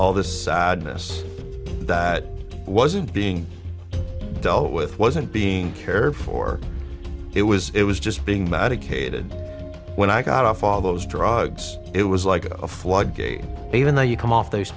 all this sadness that wasn't being dealt with wasn't being cared for it was it was just being magic ated when i got off all those drugs it was like a floodgate even though you come off those